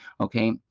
Okay